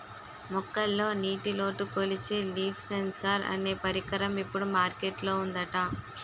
మొక్కల్లో నీటిలోటు కొలిచే లీఫ్ సెన్సార్ అనే పరికరం ఇప్పుడు మార్కెట్ లో ఉందట